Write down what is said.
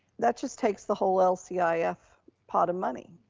that just takes the whole lcif pot of money,